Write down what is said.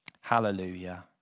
Hallelujah